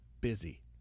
busy